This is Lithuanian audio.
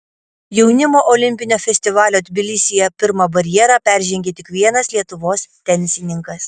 jaunimo olimpinio festivalio tbilisyje pirmą barjerą peržengė tik vienas lietuvos tenisininkas